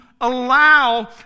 allow